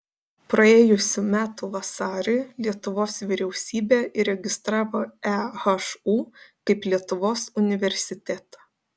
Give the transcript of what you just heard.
praėjusių metų vasarį lietuvos vyriausybė įregistravo ehu kaip lietuvos universitetą